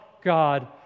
God